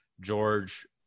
george